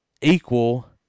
equal